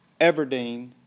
Everdeen